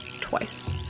twice